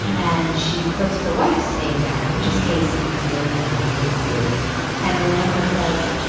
and she puts her wife's name down, which is casey could be a man, could be a woman yeah and the landlord says,